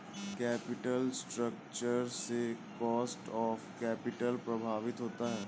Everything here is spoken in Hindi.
कैपिटल स्ट्रक्चर से कॉस्ट ऑफ कैपिटल प्रभावित होता है